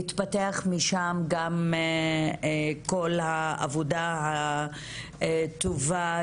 והתפתח משם גם כל העבודה הטובה,